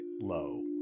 low